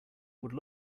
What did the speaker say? would